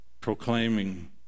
proclaiming